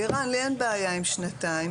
לירן, לי אין בעיה עם שנתיים.